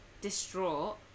distraught